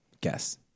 Guess